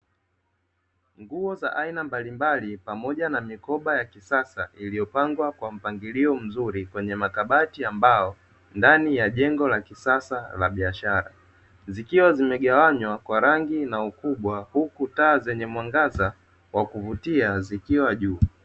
Nguo za aina mbaljmbali pamoja na mikoba ya kisasa, iliyopangwa kwa mpangilio mzuri kwenye makabati ya mbao ndani ya jengo la kisasa la biashara, zikiwa zimegawanywa kwa rangi na ukubwa huku taa zenye mwangaza wa kuvutia zikiwa juu.